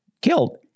killed